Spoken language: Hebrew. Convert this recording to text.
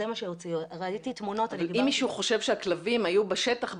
ראיתי תמונות --- אם מישהו חושב שהכלבים היו בשטח,